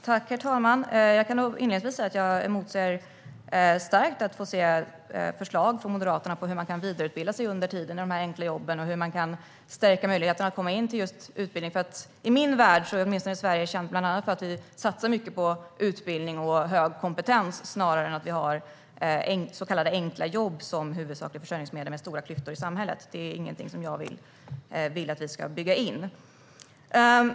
Herr talman! Jag kan inledningsvis säga att jag emotser förslag från Moderaterna om hur man kan vidareutbilda sig under tiden i de enkla jobben och hur man kan stärka möjligheterna att komma in till utbildning. I min värld är Sverige känt bland annat för att vi vill satsa på bland annat utbildning och hög kompetens snarare än på att ha så kallade enkla jobb som huvudsakligt försörjningsmedel, med stora klyftor i samhället. Det är inget som jag vill att vi ska bygga in.